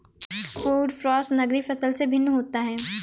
food crops नगदी फसल से भिन्न होता है